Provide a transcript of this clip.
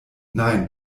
nein